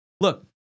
look